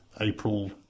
April